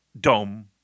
dome